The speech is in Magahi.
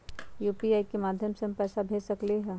यू.पी.आई के माध्यम से हम पैसा भेज सकलियै ह?